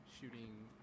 shooting